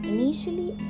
Initially